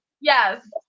Yes